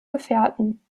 gefährten